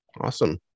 Awesome